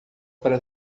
para